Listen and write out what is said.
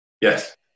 Yes